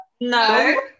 No